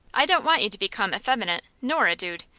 i don't want you to become effeminate nor a dude.